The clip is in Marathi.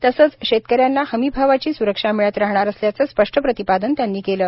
तसंच शेतक यांना हमीभावाची सुरक्षा मिळत राहणार असल्याचं स्पष्ट प्रतिपादन त्यांनी केलं